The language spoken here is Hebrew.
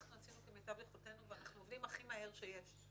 עשינו כמיטב יכולתנו ואנחנו עובדים הכי מהר שיש.